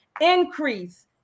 Increase